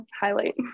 highlight